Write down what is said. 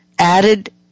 added